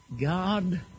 God